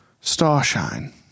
starshine